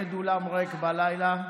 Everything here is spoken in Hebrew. כנגד אולם ריק בלילה,